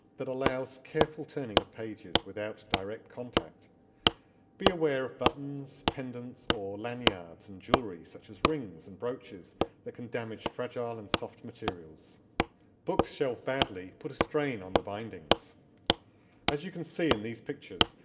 allows careful turning of pages without direct contact be aware of buttons, pendants or lanyards, and jewellery such as rings and brooches that can damage fragile and soft materials books shelved badly put a strain on the bindings as you can see in these pictures,